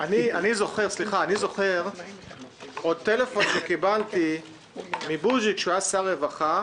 זוכר טלפון שקיבלתי מבוז'י כשהוא היה שר רווחה.